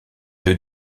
deux